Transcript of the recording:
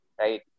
right